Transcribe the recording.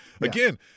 again